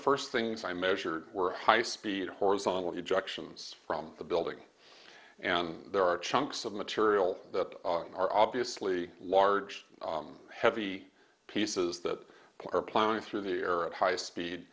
first things i measured were high speed horizontal objections from the building and there are chunks of material that are obviously large heavy pieces that are plowing through the air at high speed